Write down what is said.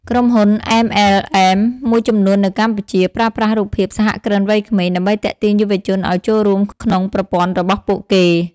ក្រុមហ៊ុន MLM មួយចំនួននៅកម្ពុជា ប្រើប្រាស់រូបភាព "សហគ្រិនវ័យក្មេង" ដើម្បីទាក់ទាញយុវជនឱ្យចូលរួមក្នុងប្រព័ន្ធរបស់ពួកគេ។